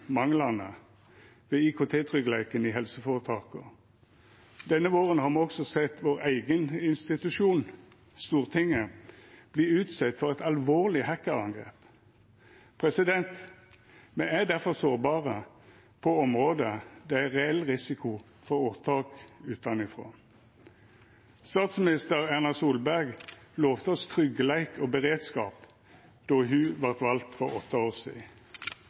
ved IKT-tryggleiken i helseføretaka. Denne våren har me også sett vår eigen institusjon, Stortinget, verta utsett for eit alvorleg hackar-angrep. Me er difor sårbare på område der det er reell risiko for åtak utanfrå. Statsminister Erna Solberg lovde oss tryggleik og beredskap då ho vart valt for åtte år sidan.